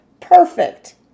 Perfect